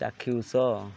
ଚାକ୍ଷୁଷ